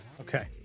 Okay